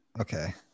okay